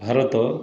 Bharat